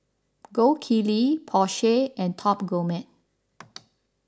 Gold Kili Porsche and Top Gourmet